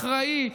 אחראי,